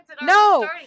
No